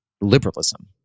liberalism